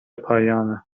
پایانه